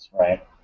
right